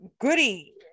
goody